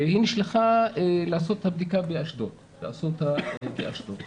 והיא נשלחה לעשות את הבדיקה באשדוד, באסותא אשדוד.